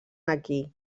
aquí